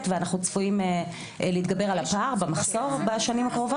ואנחנו צפויים להתגבר על הפער במחסור בשנים הקרובות?